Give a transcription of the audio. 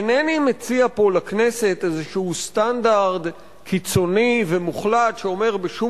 אינני מציע פה לכנסת איזה סטנדרט קיצוני ומוחלט שאומר: בשום